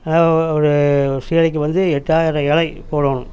அதனால் ஒ ஒரு சீலைக்கு வந்து எட்டாயிரம் எழை போடணும்